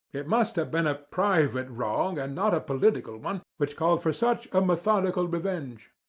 it must have been a private wrong, and not a political one, which called for such a methodical revenge.